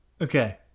Okay